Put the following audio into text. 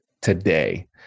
today